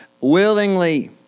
willingly